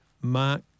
Mark